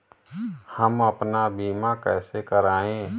हम अपना बीमा कैसे कराए?